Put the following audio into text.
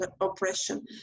oppression